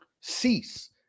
cease